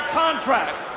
contract